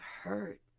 hurt